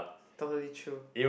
totally true